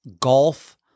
golf